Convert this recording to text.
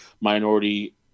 minority